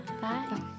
Bye